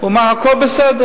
הוא אמר: הכול בסדר.